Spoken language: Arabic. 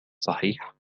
صحيح